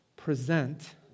present